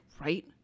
right